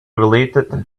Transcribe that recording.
related